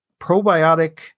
probiotic